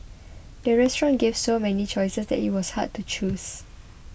the restaurant gave so many choices that it was hard to choose